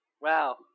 Wow